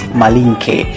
malinke